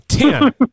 Ten